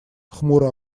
хмуро